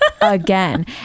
again